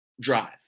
drive